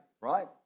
right